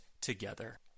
together